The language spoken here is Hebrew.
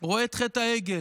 רואה את חטא העגל.